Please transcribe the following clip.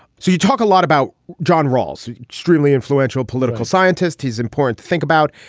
so you talk a lot about john rawls, extremely influential political scientist. he's important to think about.